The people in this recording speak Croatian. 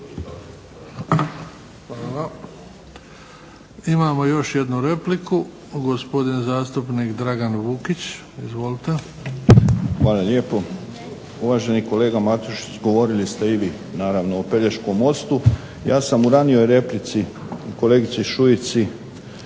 Hvala. Imamo još jednu repliku, gospodin zastupnik Dragan Vukić. Izvolite. **Vukić, Dragan (HDZ)** Hvala lijepo. Uvaženi kolega Matušić, govorili ste i vi naravno o Pelješkom mostu. Ja sam u ranijoj replici kolegici Šuici